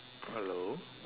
hello